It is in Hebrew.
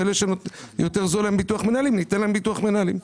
ואלה שיותר זול להם ביטוח מנהלים ניתן להם ביטוח מנהלים.